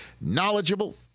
knowledgeable